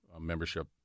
membership